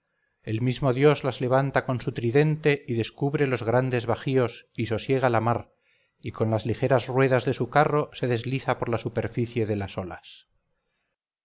el mismo dios las levanta con su tridente y descubre los grandes bajíos y sosiega la mar y con las ligeras ruedas de su carro se desliza por la superficie de las olas